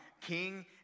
king